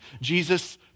Jesus